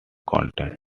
content